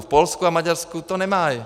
V Polsku a Maďarsku to nemají.